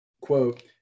quote